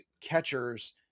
catchers